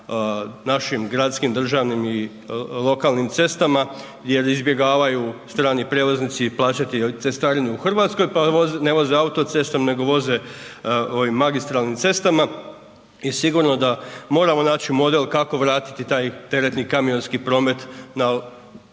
našim gradskim, državnim i lokalnim cestama jer izbjegavaju strani prijevoznici i plaćati cestarinu u RH, pa ne voze autocestom, nego voze ovim magistralnim cestama i sigurno da moramo naći model kako vratiti taj teretni kamionski promet na autoceste